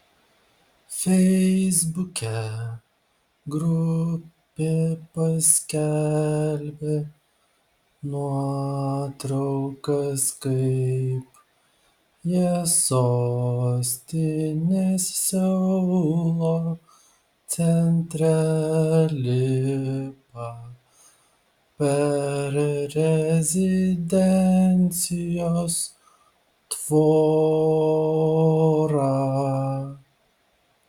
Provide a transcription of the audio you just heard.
feisbuke grupė paskelbė nuotraukas kaip jie sostinės seulo centre lipa per rezidencijos tvorą